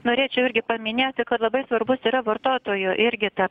norėčiau irgi paminėti kad labai svarbus yra vartotojų irgi ta